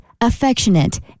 affectionate